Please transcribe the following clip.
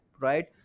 right